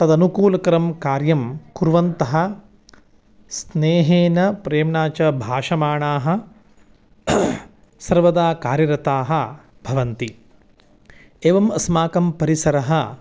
तदनुकूलकरं कार्यं कुर्वन्तः स्नेहेन प्रेम्णा च भाषमाणाः सर्वदा कार्यरताः भवन्ति एवम् अस्माकं परिसरः